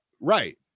Right